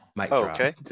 okay